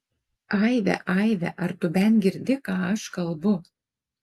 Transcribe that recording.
aive aive ar tu bent girdi ką aš kalbu